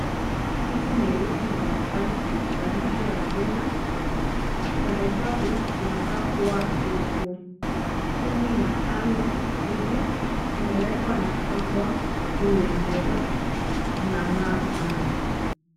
Hizi ni elfu mbalimbali za nchi ya Kenya. Kwa hesabu, zinakaa kuwa elfu kumi na tano hivi. Zimewekwa na kupangwa juu ya meza, zinang'aa sana.